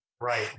Right